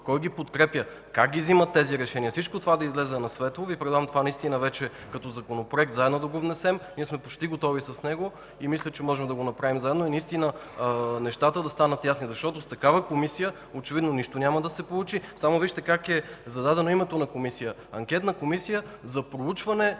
кой ги подкрепя, как ги взимат тези решения – всичко това да излезе на светло. Предлагам Ви това наистина вече като законопроект заедно да го внесем. Ние сме почти готови с него и мисля, че можем да го направим заедно и нещата да станат ясни, защото с такава Комисия очевидно нищо няма да се получи. Само вижте как е зададено името на Комисията – Анкетна комисия за проучване